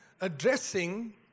addressing